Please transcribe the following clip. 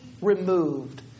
removed